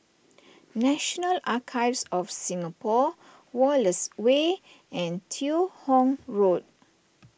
National Archives of Singapore Wallace Way and Teo Hong Road